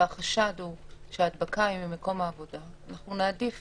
והחשד הוא שההדבקה היא ממקום העבודה, אנחנו נעדיף